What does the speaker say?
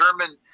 German